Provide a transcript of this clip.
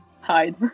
Hide